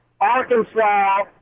Arkansas